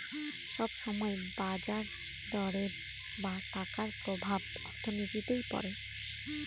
সব সময় বাজার দরের বা টাকার প্রভাব অর্থনীতিতে পড়ে